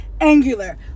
angular